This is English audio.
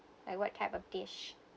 like what type of dish